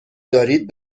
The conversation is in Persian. دارید